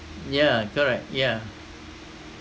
yeah correct yeah